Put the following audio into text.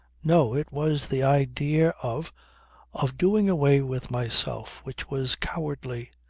no! it was the idea of of doing away with myself which was cowardly.